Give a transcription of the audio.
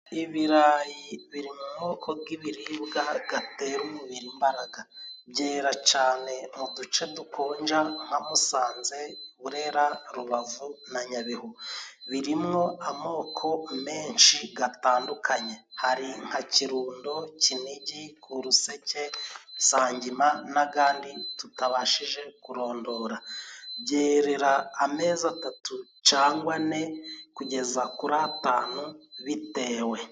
ibirayi biri mu moko y'ibiribwa atera umubiri imbaraga. Byera cyane mu duce dukonja nka Musanze, Burera, Rubavu na Nyabihu. Birimo amoko menshi atandukanye. Hari nka Kirundo, Kinigi, Kuruseke, Sangima n'andi tutabashije kurondora. Byerera amezi atatu cyangwa ane, kugeza kuri atanu bitewe.